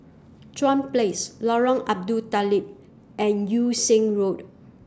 Chuan Place Lorong Abu Talib and Yung Sheng Road